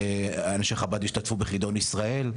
שחב"ד השתתפו בחידון ישראל,